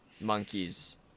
monkeys